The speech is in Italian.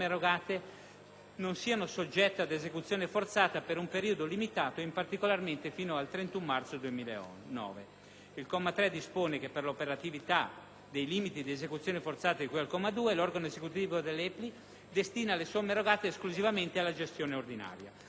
non siano soggette ad esecuzione forzata per un periodo limitato e, particolarmente, fino al 31 marzo 2009. Il comma 3 dispone che, per l'operatività dei limiti all'esecuzione forzata di cui al comma 2, l'organo esecutivo dell'EPLI destina le somme erogate esclusivamente alla gestione ordinaria.